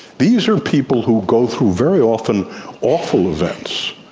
these are people who go through very often awful events,